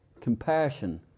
compassion